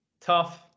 tough